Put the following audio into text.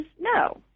no